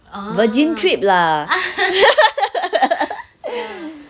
virgin trip lah